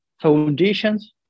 foundations